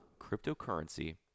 Cryptocurrency